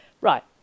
Right